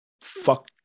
Fuck